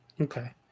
Okay